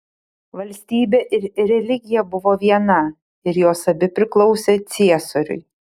valstybė ir religija buvo viena ir jos abi priklausė ciesoriui